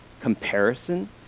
comparison